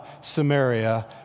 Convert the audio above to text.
Samaria